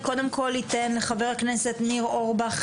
אני קודם כל ייתן לחבר הכנסת ניר אורבך,